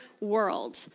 world